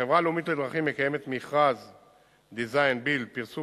החברה הלאומית לדרכים מקיימת מכרזDesign-Build ; פרסום